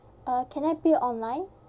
uh can I pay online